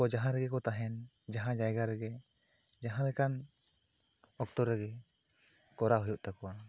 ᱡᱟᱦᱟᱸ ᱨᱮᱜᱮ ᱠᱚ ᱛᱟᱦᱮᱱ ᱡᱟᱦᱟᱸ ᱡᱟᱭᱜᱟ ᱨᱮᱜᱮ ᱢᱟᱦᱟᱸ ᱞᱮᱠᱟᱱ ᱚᱠᱛᱚ ᱨᱮᱜᱮ ᱠᱚᱨᱟᱣ ᱦᱩᱭᱩᱜ ᱛᱟᱠᱚᱣᱟ